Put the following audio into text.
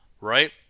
right